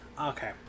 okay